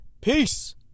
Peace